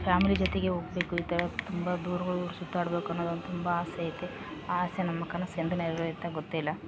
family ಜೊತೆಗೆ ಹೋಗಬೇಕು ಈ ಥರ ತುಂಬ ದೂರಗಳ್ ಊರು ಸುತ್ತಾಡ್ಬೇಕು ಅನ್ನೋದು ಒಂದು ತುಂಬ ಆಸೆ ಐತೆ ಆ ಆಸೆ ನಮ್ಮ ಕನಸು ಎಂದು ನೆರವೇರುತ್ತೆ ಗೊತ್ತಿಲ್ಲ